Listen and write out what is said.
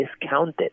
discounted